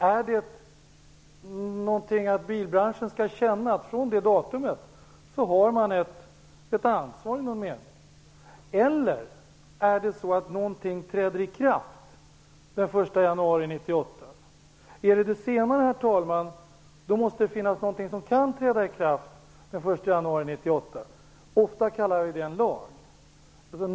Är det att bilbranschen skall känna att man har ett ansvar från det datumet? Eller är det så att någonting träder i kraft den 1 januari 1998? Om det är det senare, herr talman, måste det finnas någonting som kan träda i kraft den 1 januari 1998. Det kallar vi ofta för en lag.